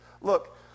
look